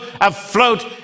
afloat